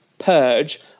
purge